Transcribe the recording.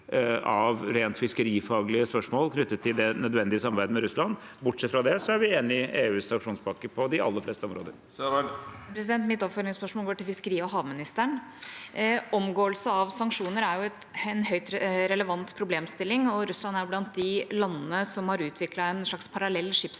av rent fiskerifaglige spørsmål knyttet til det nødvendige samarbeidet med Russland. Bortsett fra det er vi enig i EUs sanksjonspakker på de aller fleste områder. Ine Eriksen Søreide (H) Mitt oppføl- gingsspørsmål går til fiskeri- og havministeren. Omgåelse av sanksjonene er en høyst relevant problemstilling, og Russland er blant de landene som har utviklet en slags parallell skipsflåte,